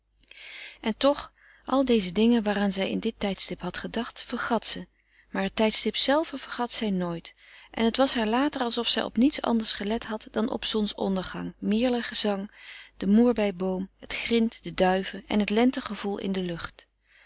en toch al deze dingen waaraan zij in dit tijdstip had gedacht vergat ze maar het tijdstip zelve vergat zij nooit en het was haar later alsof zij op niets anders gelet had dan op zons-ondergang meerlgezang den moerbei boom het grint de duiven en het lente gevoel in de lucht